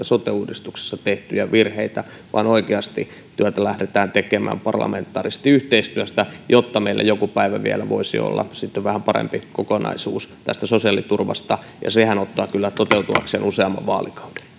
sote uudistuksessa tehtyjä virheitä vaan oikeasti työtä lähdetään tekemään parlamentaarisesti yhteistyössä jotta meillä vielä joku päivä voisi olla vähän parempi kokonaisuus tästä sosiaaliturvasta ja sehän ottaa kyllä toteutuakseen useamman vaalikauden